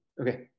Okay